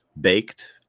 baked